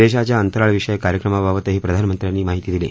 देशाच्या अंतराळ विषयक कार्यक्रमाबाबतही प्रधानमंत्र्यानीं महिती दिली